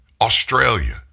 Australia